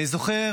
אני זוכר